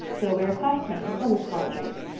so we are classmates as well as collegemates.